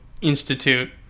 Institute